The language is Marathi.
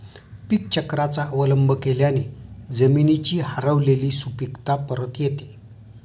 पीकचक्राचा अवलंब केल्याने जमिनीची हरवलेली सुपीकता परत येते